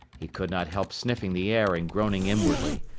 he could not help sniffing the air and groaning inwardly.